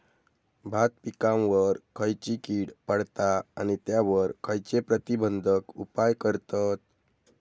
भात पिकांवर खैयची कीड पडता आणि त्यावर खैयचे प्रतिबंधक उपाय करतत?